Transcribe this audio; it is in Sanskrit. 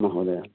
महोदय